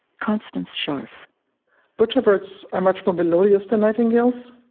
constance scharff butcherbirds are much more melodious than nightingales,